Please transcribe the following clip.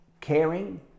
caring